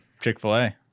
Chick-fil-A